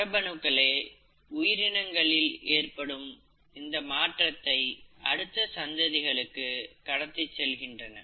மரபணுக்களே உயிரினங்களில் ஏற்படும் மாற்றத்தை அடுத்த சந்ததிகளுக்கு கடத்திச் செல்கின்றன